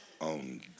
own